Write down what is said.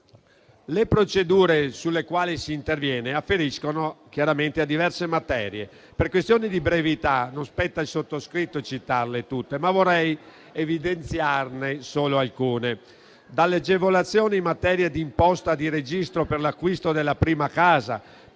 Le procedure sulle quali si interviene afferiscono a diverse materie. Per questioni di brevità non spetta al sottoscritto citarle tutte, ma vorrei evidenziarne solo alcune: dalle agevolazioni in materia di imposta di registro per l'acquisto della prima casa,